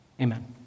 Amen